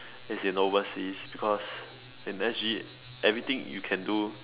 its in overseas because in S_G everything you can do